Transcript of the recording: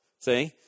See